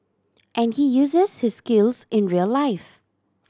and he uses his skills in real life